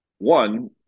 One